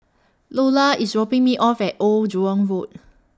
Lulla IS dropping Me off At Old Jurong Road